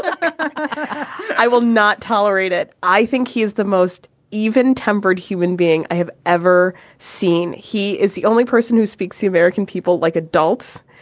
i will not tolerate it. i think he is the most even tempered human being i have ever seen. he is the only person who speaks to american people like adults.